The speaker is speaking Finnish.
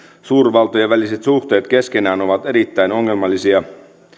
suurvaltojen väliset suhteet keskenään ovat erittäin ongelmallisia